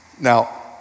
Now